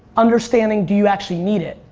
understanding do you actually need it?